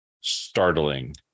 startling